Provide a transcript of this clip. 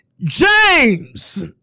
James